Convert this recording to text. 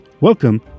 Welcome